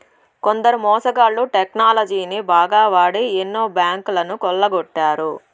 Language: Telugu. కొందరు మోసగాళ్ళు టెక్నాలజీని బాగా వాడి ఎన్నో బ్యాంకులను కొల్లగొట్టారు